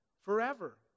forever